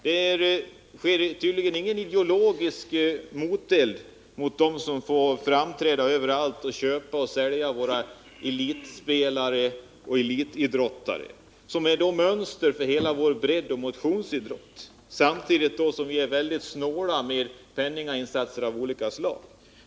Det öppnas tydligen ingen ideologisk moteld mot dem som får framträda överallt och köpa och sälja våra elitspelare och elitidrottare och därmed bildar ett mönster för hela breddoch motionsidrotten. Samtidigt är vi väldigt snåla med penninginsatser av olika slag.